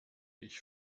ich